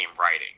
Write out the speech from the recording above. writing